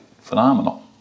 phenomenal